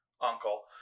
uncle